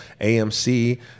AMC